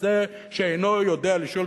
זה שאינו יודע לשאול,